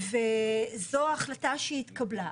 וזו החלטה שהתקבלה.